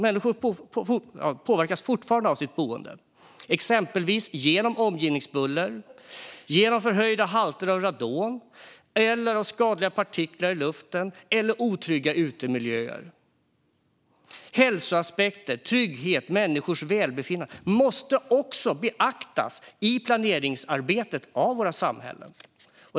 Människor påverkas av sitt boende, till exempel på grund av omgivningsbuller, förhöjda halter av radon, av skadliga partiklar i luften eller otrygga utemiljöer. Hälsoaspekter, trygghet och människors välbefinnande måste också beaktas i planeringsarbetet av våra samhällen.